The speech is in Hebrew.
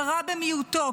כרע במיעוטו,